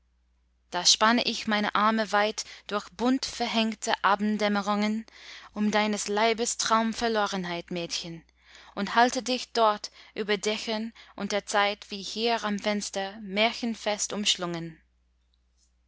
da spanne ich meine arme weit durch bunt verhängte abenddämmerungen um deines leibes traumverlorenheit mädchen und halte dich dort über dächern und der zeit wie hier am fenster märchenfest umschlungen